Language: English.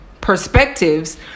Perspectives